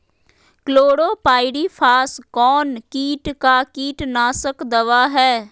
Chlorpyrifos कौन किट का कीटनाशक दवा है?